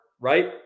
right